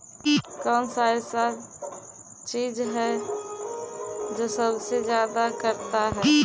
कौन सा ऐसा चीज है जो सबसे ज्यादा करता है?